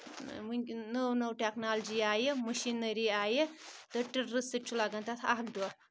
وَنۍ نٔو نٔو ٹؠکنالجی آیہِ مِشیٖنٔری آیہِ تہٕ ٹلرٕ سۭتۍ چھُ لَگَان تَتھ اَکھ دۄہ